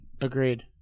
Agreed